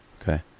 Okay